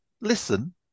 listen